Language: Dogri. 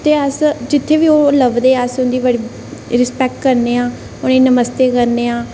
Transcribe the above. ते अस जित्थै बी ओह् असें गी लभदे रस्पैक्ट करने आं नमस्ते करने आं